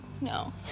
No